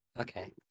Okay